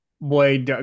Boy